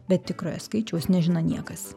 bet tikrojo skaičiaus nežino niekas